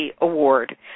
Award